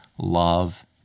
love